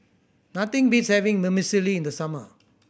nothing beats having Vermicelli in the summer